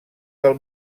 del